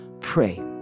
pray